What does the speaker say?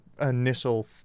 initial